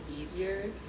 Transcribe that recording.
easier